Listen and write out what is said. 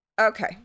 okay